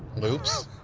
loops.